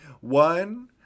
one